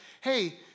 hey